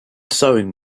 sewing